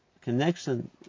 connection